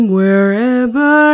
wherever